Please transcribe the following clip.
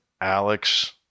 Alex